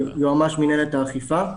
אני יועמ"ש מינהלת האכיפה.